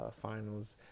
finals